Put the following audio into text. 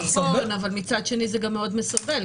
נכון, אבל מצד שני זה גם מאוד מסרבל.